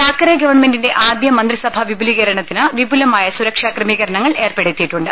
താക്കറെ ഗവൺമെന്റിന്റെ ആദ്യ മന്ത്രിസഭാ വിപുലീകരണത്തിന് വിപുലമായ സുരക്ഷാ ക്രമീകരണങ്ങൾ ഏർപ്പെടുത്തിയിട്ടുണ്ട്